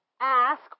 ask